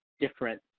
different